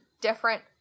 different